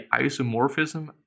isomorphism